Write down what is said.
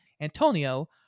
Antonio